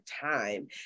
time